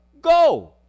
go